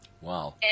Wow